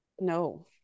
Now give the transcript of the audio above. No